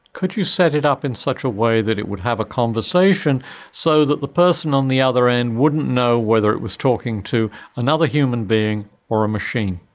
could you set it up in such a way that it would have a conversation so that the person on the other end wouldn't know whether it was talking to another human being or a machine?